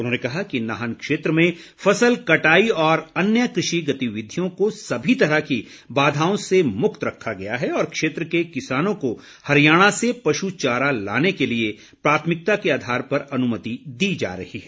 उन्होंने कहा कि नाहन क्षेत्र में फसल कटाई और अन्य कृषि गतिविधियों को सभी तरह की बाधाओं से मुक्त रखा गया है और क्षेत्र के किसानों को हरियाणा से पशु चारा लाने के लिए प्राथमिकता के अधार पर अनुमति दी जा रही है